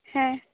ᱦᱮᱸ